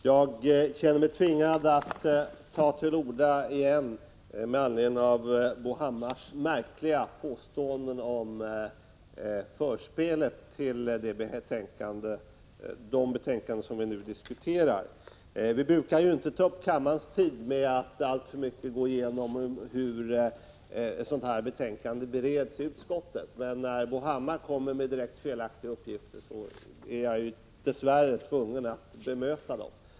Fru talman! Med anledning av Bo Hammars märkliga påståenden om förspelet till de betänkanden som vi nu diskuterar känner jag mig tvingad att återigen ta till orda. Vi brukar inte använda kammarens tid till att alltför noga redovisa hur betänkandena bereds inom utskotten. Men eftersom Bo Hammar kommer med direkt felaktiga uppgifter, är jag, dess värre, tvungen att bemöta dessa.